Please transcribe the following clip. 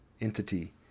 entity